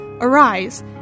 Arise